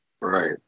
right